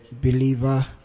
believer